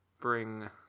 bring